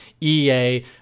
EA